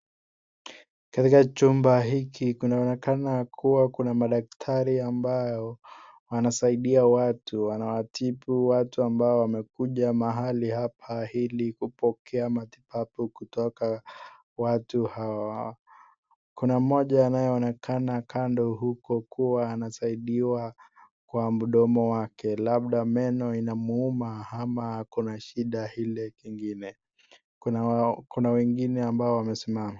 Katika chumba hiki kunaonekana kuwa, kuna madaktari ambao wanasaidia watu. Wanawatibu watu ambao wamekuja mahali hapa ili kupokea matibabu kutoka watu hawa. Kuna mmoja anayeonekana kando huko kuwa anasaidiwa kwa mdomo wake, labda meno inamuuma ama akona shida ile ingine. Kuna wengine ambao wamesimama.